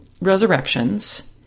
resurrections—